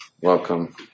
Welcome